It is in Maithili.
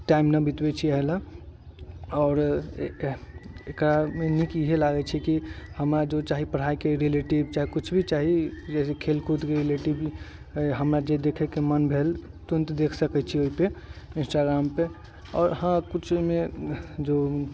टाइम नहि बीतबै छी इहे लए आओर एकरा मे नीक इहे लागै छै की हमरा जो चाही पढ़ाई के रिलेटिव चाहे कुछ भी चाही जैसे खेल कूद के रिलेटिव है हमरा जे देखे के मन भेल तुरंत देख सकै छी ओहि पे इंस्टाग्राम पे आओर हँ कुछ मे जो